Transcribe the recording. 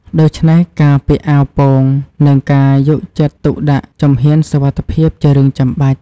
ដូច្នេះការពាក់អាវពោង និងការយកចិត្តទុកដាក់ជំហានសុវត្ថិភាពជារឿងចាំបាច់។